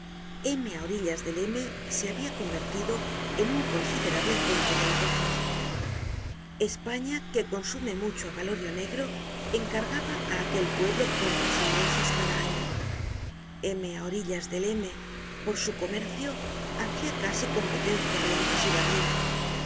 m á orillas de m se habia convertido en un considerable centro de negocios españa que consume mucho abalorio negro encargaba á aquel pueblo compras inmensas cada año m á orillas del m por su comercio hacia casi competencia á londres y berlin los